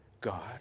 God